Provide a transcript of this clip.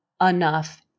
enough